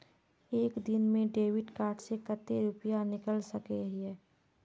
एक दिन में डेबिट कार्ड से कते रुपया निकल सके हिये?